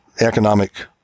economic